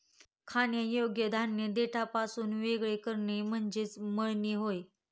खाण्यायोग्य धान्य देठापासून वेगळे करणे म्हणजे मळणी होय